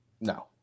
no